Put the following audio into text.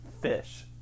fish